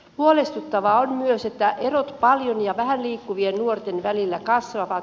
huolestuttavaa on myös että erot paljon ja vähän liikkuvien nuorten välillä kasvavat